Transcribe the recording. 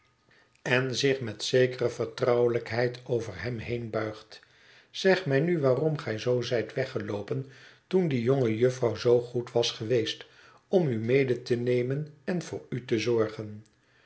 en zich met zekere vertrouwelijkheid over hem heen buigt zeg mij nu waarom gij zoo zijt weggeloopen toen die jonge jufvrouw zoo goed was geweest om u mede te nemen en voor u te zorgen